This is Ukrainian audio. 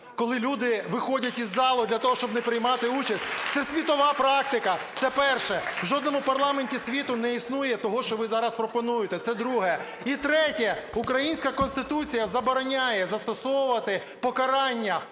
коли люди виходять із залу для того, щоб не приймати участь. Це світова практика. Це перше. В жодному парламенті світу не існує того, що ви зараз пропонуєте. Це друге. І третє. Українська Конституція забороняє застосовувати покарання